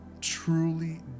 truly